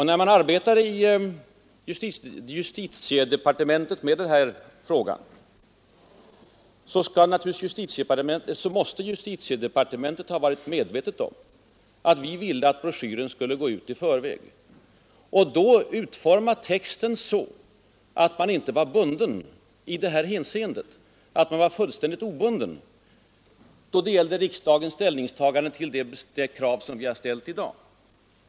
När justitiedepartementet arbetat med den, måste man där naturligtvis ha varit medveten om att vi ville att broschyren skulle gå ut i förväg. Texten måste då utformas så att ingen blir bunden utan så att vi står fullständigt obundna när det gäller riksdagens ställningstagande till det krav som vi ställt.